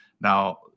Now